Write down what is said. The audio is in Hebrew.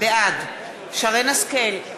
בעד שרן השכל,